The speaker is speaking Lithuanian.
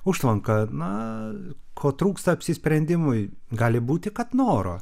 užtvanka na ko trūksta apsisprendimui gali būti kad noro